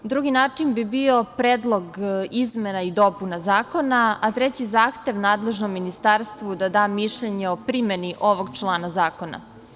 Drugi način bi bio predlog izmena i dopuna zakona, a treći zahtev nadležnom ministarstvu da da mišljenje o primeni ovog člana zakona.